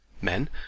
Men